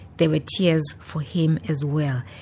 they were tears for him as well.